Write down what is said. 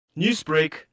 Newsbreak